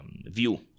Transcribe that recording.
view